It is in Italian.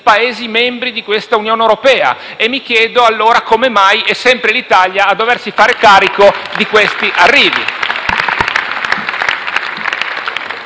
Paesi membri dell'Unione europea e mi chiedo allora come mai è sempre l'Italia a doversi fare carico di tali arrivi.